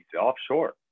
offshore